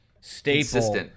staple